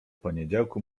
poniedziałku